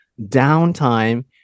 downtime